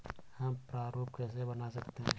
हम प्रारूप कैसे बना सकते हैं?